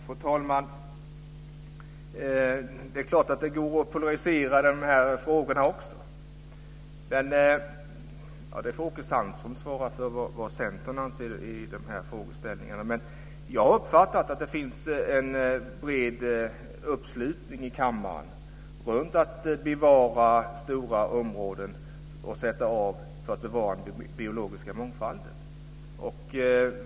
Fru talman! Det är klart att det går att polarisera i dessa frågor också. Åke Sandström får svara för vad Centern anser i dessa frågor. Men jag har uppfattat att det finns en bred uppslutning i kammaren om att avsätta stora områden för att bevara den biologiska mångfalden.